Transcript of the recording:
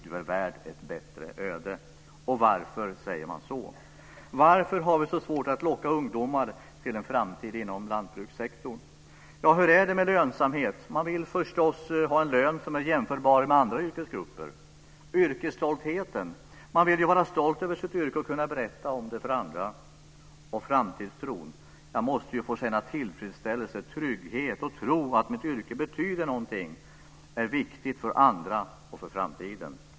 Du är värd ett bättre öde. Varför säger man så? Varför har vi så svårt att locka ungdomar till en framtid inom lantbrukssektorn? Hur är det med lönsamheten? Man vill förstås ha en lön som är jämförbar med andra yrkesgruppers. Hur är det med yrkesstoltheten? Man vill ju vara stolt över sitt yrke och kunna berätta om det för andra. Och hur är det med framtidstron? Man måste få känna tillfredsställelse och trygghet och tro att mitt yrke betyder någonting och är viktigt för andra och för framtiden.